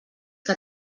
que